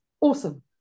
awesome